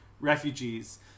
refugees